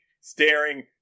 staring